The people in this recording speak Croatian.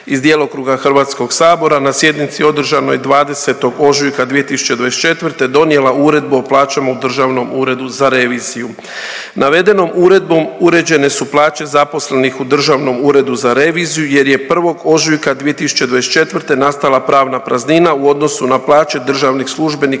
djelokruga HS na sjednici održanoj 20. ožujka 2024. donijela Uredbu o plaćama u Državnom uredu za reviziju. Navedenom uredbom uređene su plaće zaposlenih u Državnom uredu za reviziju jer je 1. ožujka 2024. nastala pravna praznina u odnosu na plaće državnih službenika